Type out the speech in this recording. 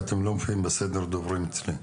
כי אתם לא מופיעים בסדר דוברים אצלי.